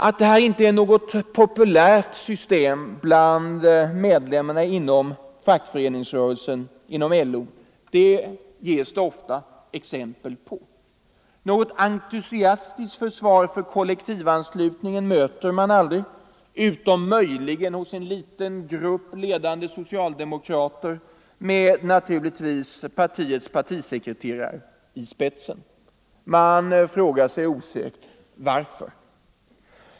Att det inte är fråga om något populärt system bland medlemmarna inom LO ges det ofta exempel på. Något entusiastiskt försvar för kollektivanslutningen möter man aldrig, utom möjligen hos en liten grupp ledande socialdemokrater, naturligvis med partisekreteraren i spetsen. Man frågar sig osökt: Varför?